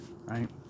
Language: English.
right